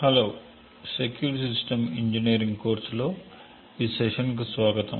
hello secure systems engineering కోర్సులో ఈ session కు స్వాగతం